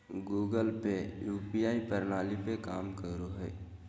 Google Pay UPI प्रणाली पर काम करो हय